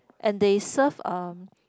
and they serve um